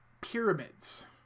pyramids